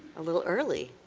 a little early.